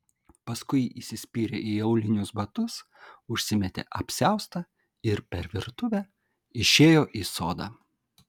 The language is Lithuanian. paskui įsispyrė į aulinius batus užsimetė apsiaustą ir per virtuvę išėjo į sodą